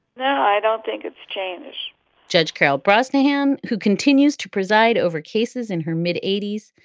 no, i don't think it's change judge carl brosnahan, who continues to preside over cases in her mid eighty s,